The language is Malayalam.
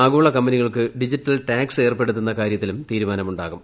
ആഗോള കമ്പനികൾക്ക് ഡിജിറ്റൽ ടാക്സ് ഏർപ്പെടു ത്തുന്ന കാര്യത്തിലും തീരുമാനമുണ്ടാകും